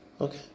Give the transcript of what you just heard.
Okay